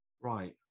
Right